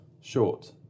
short